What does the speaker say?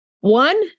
One